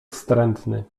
wstrętny